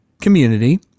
community